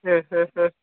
ആ ആ ആ